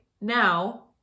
Now